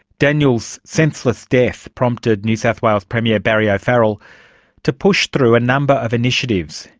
daniel's senseless death prompted new south wales premier barry o'farrell to push through a number of initiatives,